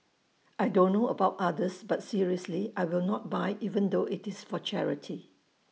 I don't know about others but seriously I will not buy even though IT is for charity